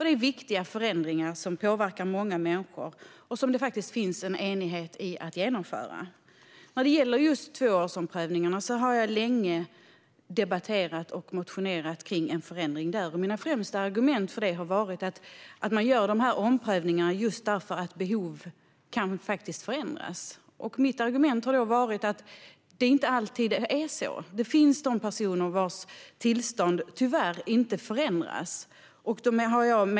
Det är viktiga förändringar som påverkar många människor och som det finns en enighet om att genomföra. När det gäller just tvåårsomprövningarna har jag länge debatterat och motionerat för en förändring. Mina främsta argument för det har varit att man gör omprövningarna för att behov kan förändras. Mitt argument har varit att det inte alltid är så. Det finns personer vilkas tillstånd tyvärr inte förändras.